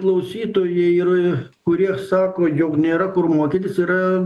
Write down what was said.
klausytojai ir kurie sako jog nėra kur mokytis yra